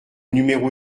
numéro